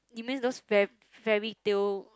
you mean those fair~ fairytale